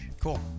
Cool